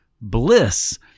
bliss